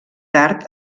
tard